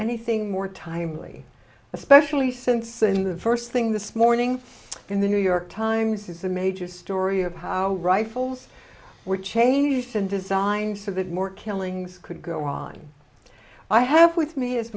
anything more timely especially since in the first thing this morning in the new york times is a major story of how rifles were changed and designed so that more killings could go on i have with me